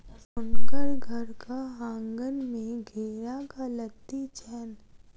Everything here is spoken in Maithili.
हुनकर घरक आँगन में घेराक लत्ती छैन